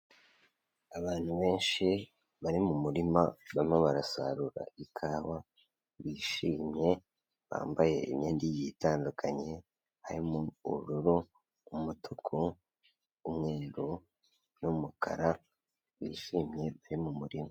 Abantu benshi bari mu murima barimo barasarura ikawa bishimye, bambaye imyenda igiye itandukanye, harimo ubururu, umutuku, umweru n'umukara wishimye bari mu murima.